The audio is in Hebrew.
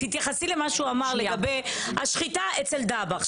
תתייחסי למה שהוא אמר לגבי השחיטה אצל דבאח.